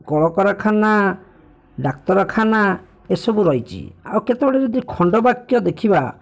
କଳକାରଖାନା ଡାକ୍ତରଖାନା ଏସବୁ ରହିଛି ଆଉ କେତେଗୁଡ଼ିଏ ଯଦି ଖଣ୍ଡବାକ୍ୟ ଦେଖିବା